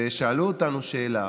שאלו אותנו שאלה.